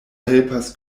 helpas